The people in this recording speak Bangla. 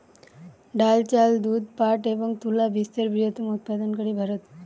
ডাল, চাল, দুধ, পাট এবং তুলা বিশ্বের বৃহত্তম উৎপাদনকারী ভারত